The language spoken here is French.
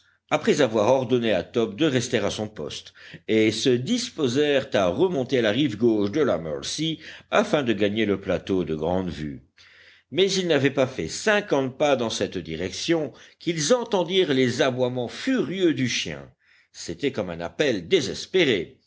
après avoir ordonné à top de rester à son poste et se disposèrent à remonter la rive gauche de la mercy afin de gagner le plateau de grande vue mais ils n'avaient pas fait cinquante pas dans cette direction qu'ils entendirent les aboiements furieux du chien c'était comme un appel désespéré